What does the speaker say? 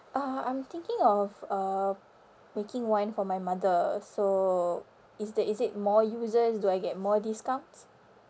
uh I'm thinking of uh making one for my mother so is the is it more users do I get more discounts